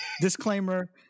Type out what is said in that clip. Disclaimer